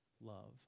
love